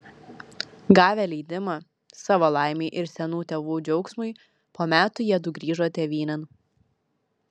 gavę leidimą savo laimei ir senų tėvų džiaugsmui po metų jiedu grįžo tėvynėn